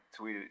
tweeted